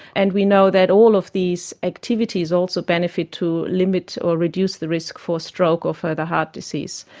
and we know that all of these activities also benefit to limit or reduce the risk for stroke or further heart disease.